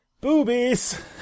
Boobies